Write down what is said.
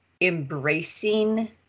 embracing